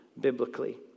biblically